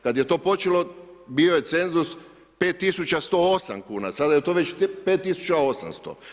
Kad je to počelo bio je cenzus 5108 kuna, sada je to već 5800.